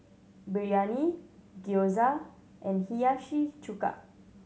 Biryani Gyoza and Hiyashi Chuka